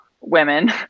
women